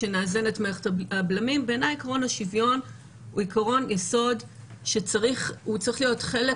איזונים ובלמים עקרון השוויון צריך להיות חלק